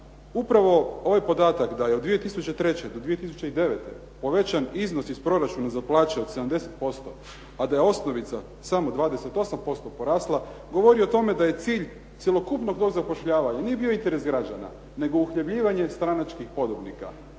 Upravo ovaj podatak da je od 2003. do 2009. povećan iznos iz proračuna za plaće od 70% a da je osnovica samo 28% porasla govori o tome da je cilj cjelokupnog tog zapošljavanja nije bio interes građana nego uhljebljivanje stranačkih podobnika.